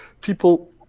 people